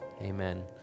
Amen